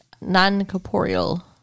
Non-corporeal